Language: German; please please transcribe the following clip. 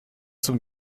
zum